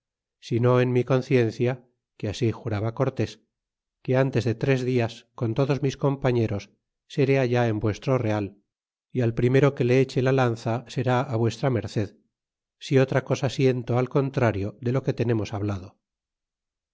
sino en mi conciencia que ansi juraba cortés que antes de tres dias con todos mis compañeros seré allá en vuestro real y al primero que le eche la lanza será á v m si otra cosa siento al contrario de lo que tenemos hablado